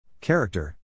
Character